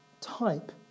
type